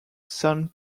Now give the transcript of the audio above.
saint